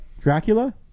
Dracula